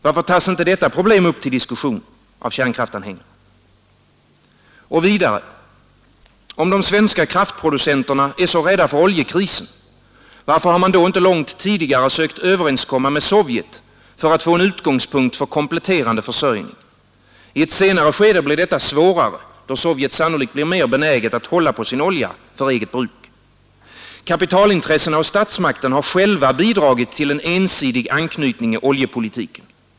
Varför tas inte detta problem upp till diskussion av kärnkraftanhängarna? Vidare: Om de svenska kraftproducenterna är så rädda för oljekrisen, varför har man då inte långt tidigare sökt överenskomma med Sovjet för att få en utgångspunkt för kompletterande försörjning? I ett senare läge blir detta svårare, då Sovjet sannolikt blir mer benäget att hålla på sin olja för eget bruk. Kapitalintressena och statsmakten har själva bidragit till en ensidig anknytning i oljepolitiken.